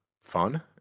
fun